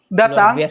datang